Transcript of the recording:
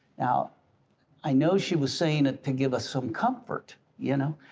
now i know she was saying it to give us some comfort, you know,